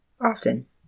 Often